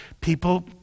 people